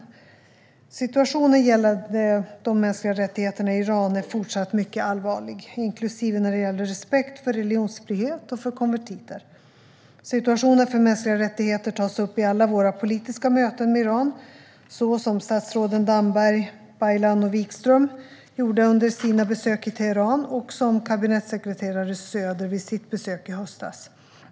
Svar på interpellationer Situationen gällande de mänskliga rättigheterna i Iran är fortsatt mycket allvarlig, bland annat när det gäller respekt för religionsfrihet och för konvertiter. Situationen för mänskliga rättigheter tas upp vid alla våra politiska möten med Iran, som statsråden Damberg, Baylan och Wikström gjorde under sina besök i Teheran och som kabinettssekreterare Söder gjorde vid sitt besök i höstas.